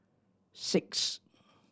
six